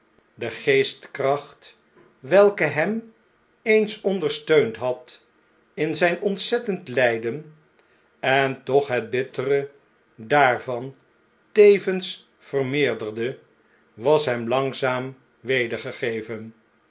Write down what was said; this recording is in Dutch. de geestkracht welke hem eens ondersteund had in zgn ontzettend ljjden en toch het bittere daarvan tevens vermeerderde was hem langzaam